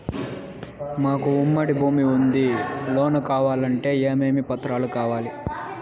మాకు ఉమ్మడి భూమి ఉంది లోను కావాలంటే ఏమేమి పత్రాలు కావాలి?